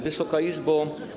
Wysoka Izbo!